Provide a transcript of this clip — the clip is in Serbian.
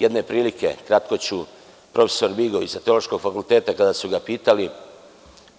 Jedne prilike, kratko ću, profesor Migović, sa Teološkog fakulteta, kada su ga pitali